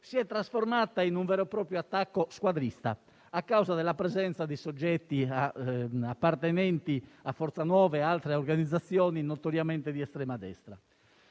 si è trasformata in un vero e proprio attacco squadrista a causa della presenza di soggetti appartenenti a Forza Nuova ed altre organizzazioni notoriamente di estrema destra.